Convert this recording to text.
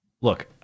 look